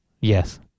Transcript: Yes